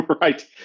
Right